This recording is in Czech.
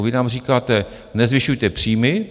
Vy nám říkáte: Nezvyšujte příjmy.